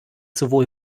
sowohl